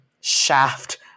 shaft